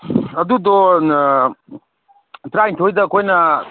ꯑꯗꯨꯗꯣ ꯇ꯭ꯔꯥꯏꯟꯊꯣꯏꯗ ꯑꯩꯈꯣꯏꯅ